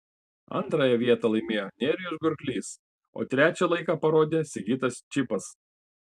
antrąją vietą laimėjo nerijus gurklys o trečią laiką parodė sigitas čypas